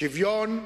שוויון,